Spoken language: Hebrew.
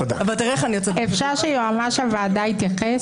אפשר שהיועץ המשפטי לוועדה יתייחס?